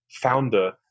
founder